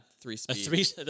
Three-speed